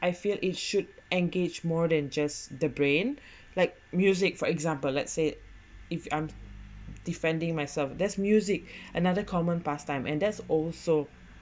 I feel it should engage more than just the brain like music for example let's say if I'm defending myself there's music another common past time and that's also